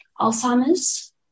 Alzheimer's